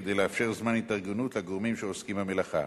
כדי לאפשר זמן התארגנות לגורמים שעוסקים במלאכה.